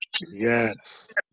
Yes